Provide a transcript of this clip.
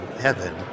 heaven